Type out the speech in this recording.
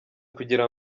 kugira